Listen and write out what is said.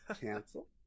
Cancel